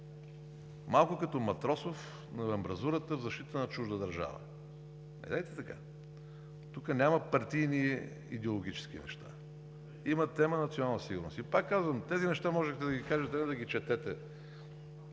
малко като Матросов на амбразурата в защита на чужда държава. Недейте така! Тук няма партийни и идеологически неща, има тема „национална сигурност“. И пак казвам: тези неща можехте да ги кажете, не да ги четете